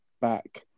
back